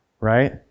Right